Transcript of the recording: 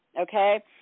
okay